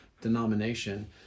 denomination